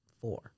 four